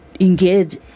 engage